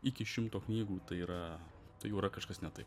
iki šimto knygų tai yra tai jau yra kažkas ne taip